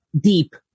deep